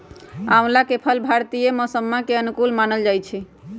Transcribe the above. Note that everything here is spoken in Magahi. आंवला के फल भारतीय मौसम्मा के अनुकूल मानल जाहई